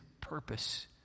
purpose